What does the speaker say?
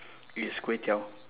is kway teow